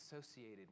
associated